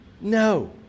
No